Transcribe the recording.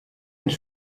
ens